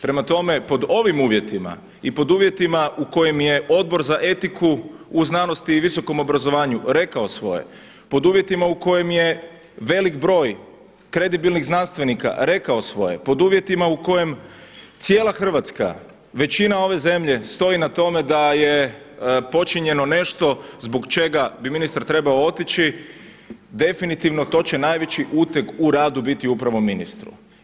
Prema tome, pod ovim uvjetima i pod uvjetima u kojima je Odbor za etiku u znanosti i visokom obrazovanju rekao svoje, pod uvjetima u kojima je veliki broj kredibilnih znanstvenika rekao svoje, pod uvjetima u kojima cijela Hrvatska, većina ove zemlje stoji na tome da je počinjeno nešto zbog čega bi ministar trebao otići definitivno to će najveći uteg u radu upravo biti ministru.